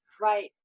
Right